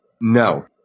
No